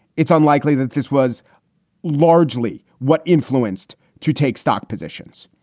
it's unlikely that this was largely what influenced to take stock positions,